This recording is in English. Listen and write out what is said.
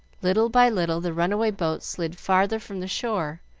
little by little the runaway boat slid farther from the shore,